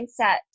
mindset